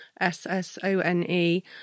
S-S-O-N-E